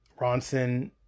Ronson